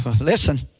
listen